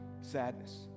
sadness